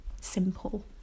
simple